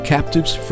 Captives